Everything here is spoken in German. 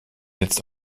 jetzt